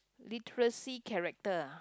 literacy character